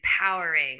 empowering